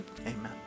Amen